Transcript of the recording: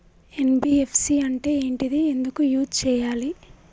NBFC అంటే ఏంటిది ఎందుకు యూజ్ చేయాలి?